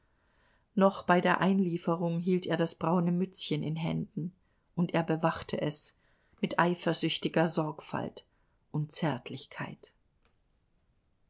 noch bei der einlieferung hielt er das braune mützchen in händen und bewachte es mit eifersüchtiger sorgfalt und zärtlichkeit